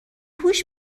هوش